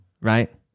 right